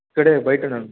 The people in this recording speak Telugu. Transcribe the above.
ఇక్కడే బయటున్నాను